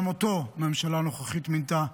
גם אותו הממשלה הנוכחית מינתה,